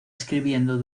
escribiendo